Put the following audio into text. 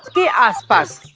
be as but